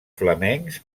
flamencs